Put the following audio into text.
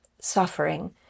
suffering